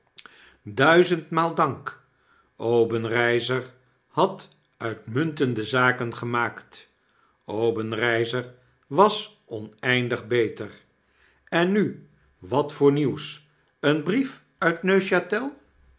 duizenmaal dank obenreizer had uitmuntende zaken gemaakt obenreizer was oneindig beter en nu wat voor nieuws een brief uit